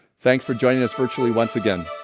thanks for joining us virtually once again